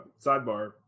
Sidebar